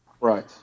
Right